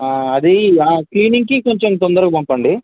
అది ఆ క్లినింగ్కి కొంచెం తొందరగా పంపండి